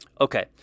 Okay